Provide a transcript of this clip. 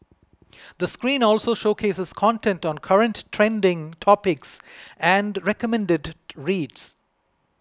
the screen also showcases content on current trending topics and recommended reads